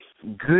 good